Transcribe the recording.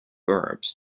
verbs